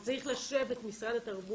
אז צריך לשבת משרד התרבות